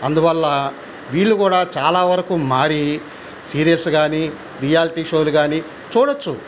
అందువల్ల వీళ్ళు కూడా చాలా వరకు మారి సీరియల్స్ కాని రియాల్టీ షోలు కాని చూడొచ్చు